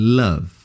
love